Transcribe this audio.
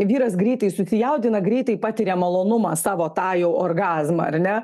vyras greitai susijaudina greitai patiria malonumą savo tą jau orgazmą ar ne